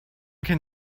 can